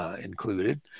included